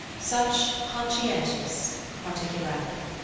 such conscientious particularity.